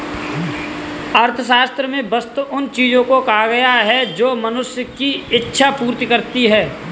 अर्थशास्त्र में वस्तु उन चीजों को कहा गया है जो मनुष्य की इक्षा पूर्ति करती हैं